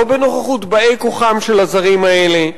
לא בנוכחות באי-כוחם של הזרים האלה.